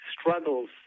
struggles